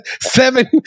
seven